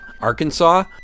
Arkansas